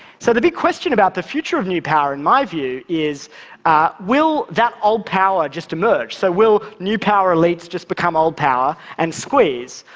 so the big question about the future of new power, in my view, is will that old power just emerge? so will new power elites just become old power and squeeze?